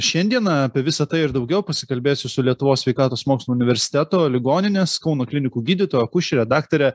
šiandieną apie visa tai ir daugiau pasikalbėsiu su lietuvos sveikatos mokslų universiteto ligoninės kauno klinikų gydytoja akušere daktare